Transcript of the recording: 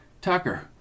Tucker